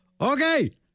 Okay